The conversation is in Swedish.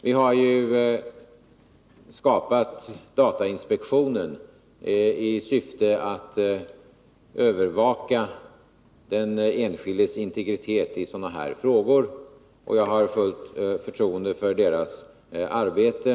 Vi har skapat datainspektionen i syfte att övervaka den enskildes integritet i sådana här frågor, och jag har fullt förtroende för dess arbete.